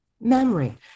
memory